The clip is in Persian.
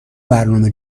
برنامه